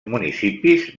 municipis